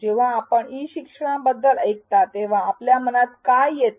जेव्हा आपण ई शिक्षणाबद्दल ऐकता तेव्हा आपल्या मनात काय येते